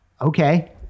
okay